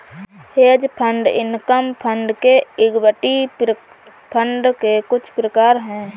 hedge fund income fund ये equity fund के कुछ प्रकार हैं